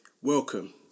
welcome